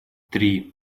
три